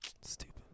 Stupid